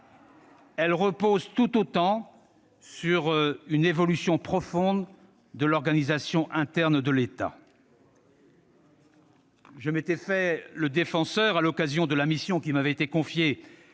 Elle repose tout autant sur une évolution profonde de l'organisation interne de l'État. « Je m'étais fait le défenseur, à l'occasion de la mission qui m'avait été confiée